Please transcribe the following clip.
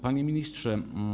Panie Ministrze!